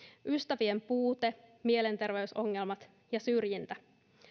ystävien puute mielenterveysongelmat ja syrjintä